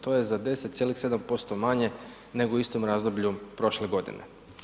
To je za 10,7% manje nego u istom razdoblju prošle godine.